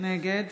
נגד